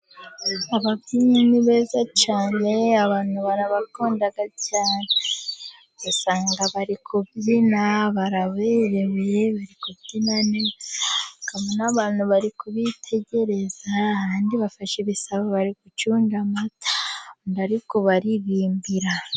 Ababyinnyi ni beza cyane, abantu barabakunda cyane, ugasanga bari kubyina, baraberewe, bari kubyina neza, ukabona abantu bari kubitegereza, abandi bafashe ibisabo bari gucunda amata, bari kubaririmbira.